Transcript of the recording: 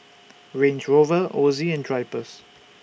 Range Rover Ozi and Drypers